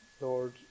Lord